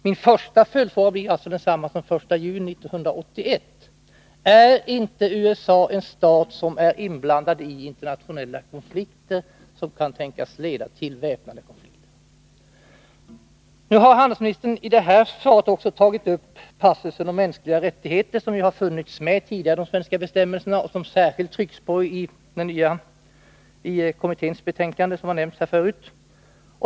Min första följdfråga blir alltså densamma som den 1 juni 1981: Är inte USA en stat som är inblandad i internationella konflikter som kan tänkas leda till väpnade konflikter? Handelsministern har i svaret här också tagit upp den passus av mänskliga rättigheter som funnits med tidigare i de svenska bestämmelserna och som det särskilt har tryckts på i det kommittébetänkande som nämnts här förut.